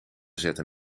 zetten